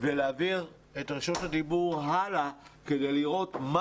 ולהעביר את רשות הדיבור הלאה כדי לראות מה